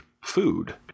food